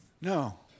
No